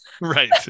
Right